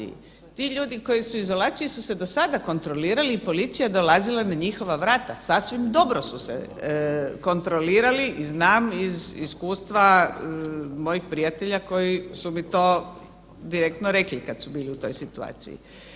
Ti ljudi koji su u izolaciji su se do sada kontrolirali i policija je dolazila na njihova vrata, sasvim dobro su se kontrolirali i znam iz iskustva mojih prijatelja koji su mi to direktno rekli kad su bili u takvoj situaciji.